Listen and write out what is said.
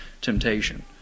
temptation